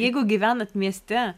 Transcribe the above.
jeigu gyvenat mieste